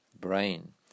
brain